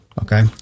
Okay